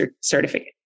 certificate